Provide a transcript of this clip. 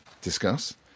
discuss